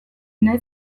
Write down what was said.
nahi